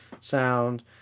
sound